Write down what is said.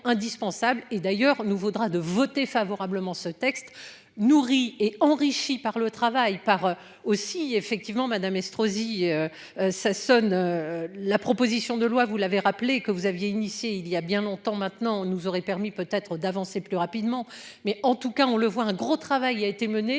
et d'ailleurs nous vaudra de voter favorablement ce texte nourri et enrichi par le travail par aussi effectivement Madame Estrosi. Sassone. La proposition de loi, vous l'avez rappelé que vous aviez initié il y a bien longtemps maintenant nous aurait permis peut-être d'avancer plus rapidement mais en tout cas, on le voit un gros travail a été menée